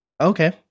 Okay